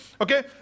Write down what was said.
okay